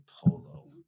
polo